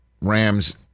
Rams